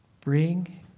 bring